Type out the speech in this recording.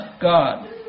God